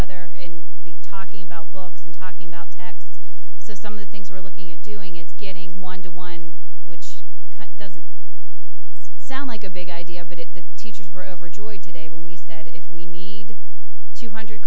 other and be talking about books and talking about texts so some of the things we're looking at doing it's getting one to one which cut doesn't sound like a big idea but at the teachers were overjoyed today when we said if we need two hundred